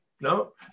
No